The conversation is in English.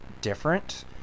different